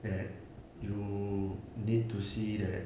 that you need to see that